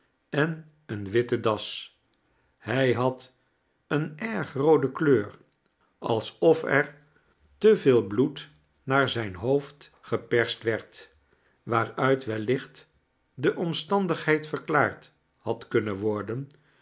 en eene witte das hij had eene etrg roode kleur alsof er te veel bloed naar zijn hoofd geperst werd waaruit wellicht de omstandigheid verklaard had knnnen worden